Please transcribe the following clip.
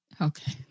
Okay